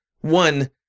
One